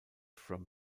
from